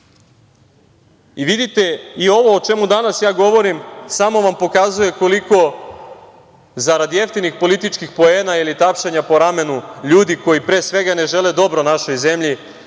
i ovo o čemu ja danas govorim samo vam pokazuje koliko zarad jeftinih političkih poena ili tapšanja po ramenu ljudi koji pre svega ne žele dobro našoj zemlji,